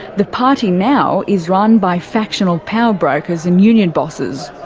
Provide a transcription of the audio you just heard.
the party now is run by factional powerbrokers and union bosses.